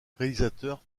réalisateur